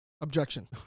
Objection